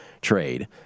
trade